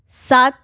ਸੱਤ